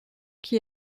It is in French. qui